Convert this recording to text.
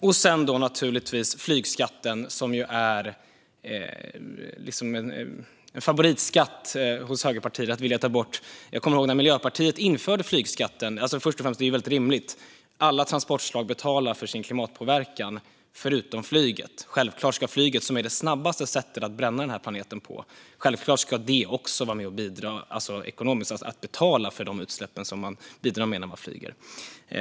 Så har vi naturligtvis flygskatten, som är en favoritskatt hos högerpartierna när det gäller vad man vill ta bort. Först och främst är det väldigt rimligt med en flygskatt. Alla transportslag betalar för sin klimatpåverkan förutom flyget. Självklart ska flyget, som är det snabbaste sättet att bränna den här planeten på, också vara med och bidra ekonomiskt och betala för de utsläpp som man bidrar med när man flyger.